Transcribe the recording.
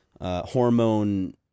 hormone –